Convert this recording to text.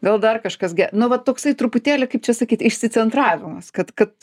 gal dar kažkas gi nu va toksai truputėlį kaip čia sakyt išsicentravimas kad kad